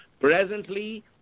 Presently